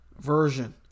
version